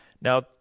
Now